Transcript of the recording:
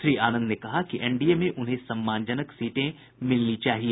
श्री आनंद ने कहा कि एनडीए में उन्हें सम्मानजनक सीटें मिलनी चाहिए